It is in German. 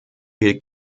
wir